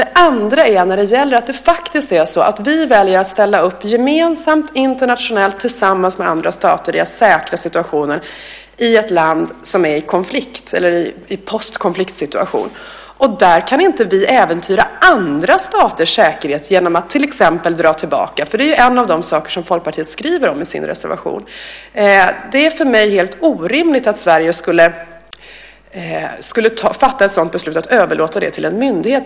Det andra är att vi faktiskt väljer att ställa upp gemensamt, internationellt, tillsammans med andra stater för att säkra situationen i ett land i konflikt eller i en postkonfliktsituation, och då kan vi inte äventyra andra staters säkerhet genom att till exempel dra tillbaka vårt deltagande. Det är ju en av de saker som Folkpartiet skriver om i sin reservation. Det är för mig helt orimligt att Sverige skulle fatta ett sådant beslut, att överlåta detta åt en myndighet.